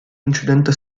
incidente